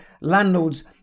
landlords